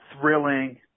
thrilling